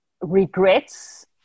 regrets